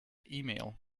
email